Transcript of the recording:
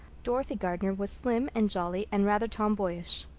dorothy gardner was slim and jolly and rather tomboyish.